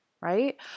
Right